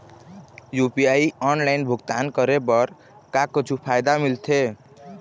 UPI online भुगतान करे बर का कुछू फायदा मिलथे?